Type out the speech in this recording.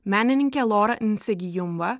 menininkė lora insegijumva